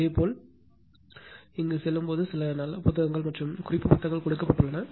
இதேபோல் இது செல்லும் போது சில நல்ல புத்தகங்கள் அல்லது குறிப்பு புத்தகங்கள் கொடுக்கப்பட்டுள்ளன